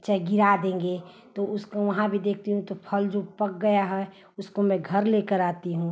चाहे गिरा देंगे तो उसको वहाँ भी देखती हूँ तो फल जो पक गया है उसको मैं घर लेकर आती हूँ